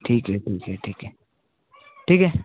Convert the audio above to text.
ठीक आहे ठीक आहे ठीक आहे ठीक आहे